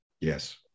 Yes